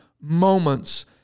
moments